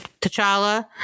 T'Challa